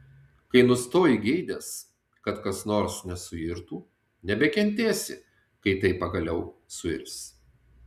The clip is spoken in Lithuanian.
kai nustoji geidęs kad kas nors nesuirtų nebekentėsi kai tai pagaliau suirs